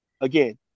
Again